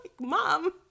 mom